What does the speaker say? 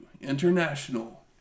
International